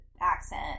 accent